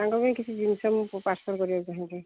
ତାଙ୍କ ପାଇଁ କିଛି ଜିନିଷ ମୁଁ ପାର୍ସଲ୍ କରିବାକୁ ଚାହୁଁଛି